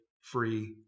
free